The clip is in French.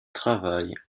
travail